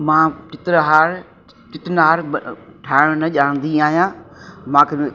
मां चित्रहार चित्रनार ठाहिण न ॼाणंदी आहियां मूंखे